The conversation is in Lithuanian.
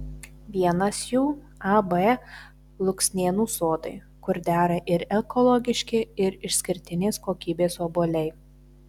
vienas jų ab luksnėnų sodai kur dera ir ekologiški ir išskirtinės kokybės obuoliai